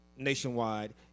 Nationwide